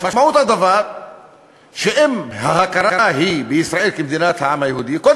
משמעות הדבר שאם ההכרה היא בישראל כמדינת העם היהודי,